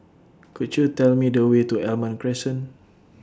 Could YOU Tell Me The Way to Almond Crescent